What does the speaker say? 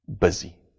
busy